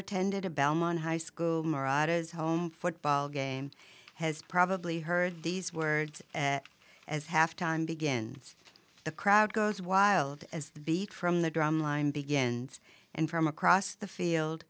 attended a bellman high school football game has probably heard these words as halftime begins the crowd goes wild as the beat from the drum line begins and from across the field